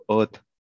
earth